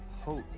hope